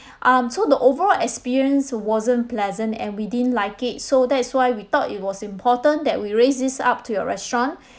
um so the overall experience wasn't pleasant and we didn't like it so that is why we thought it was important that we raise this up to your restaurant